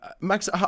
Max